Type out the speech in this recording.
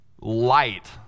light